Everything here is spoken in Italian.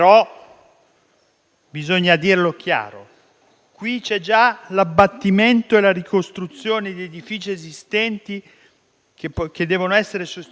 bisogna dire chiaramente che qui ci sono già l'abbattimento e la ricostruzione di edifici esistenti che devono essere sostituiti,